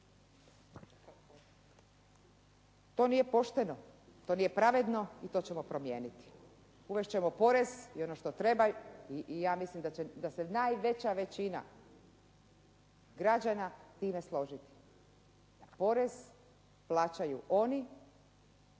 To nije pošteno, to nije pravedno i to ćemo promijeniti. Uvesti ćemo porez i ono što treba i ja mislim da se najveća većina građana time složiti. Porez plaćaju oni